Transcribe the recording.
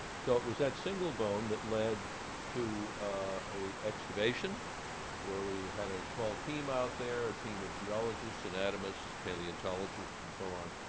so it was that single bone that led to an excavation where we had a small team out there, a team of geologists, anatomists, paleontologists, and so on,